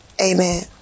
Amen